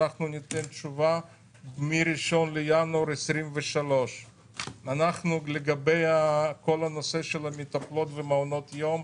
אנחנו ניתן תשובה מה-1 בינואר 2023. לגבי כל הנושא של המטפלות ומעונות היום,